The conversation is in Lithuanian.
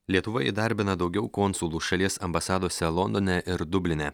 lietuva įdarbina daugiau konsulų šalies ambasadose londone ir dubline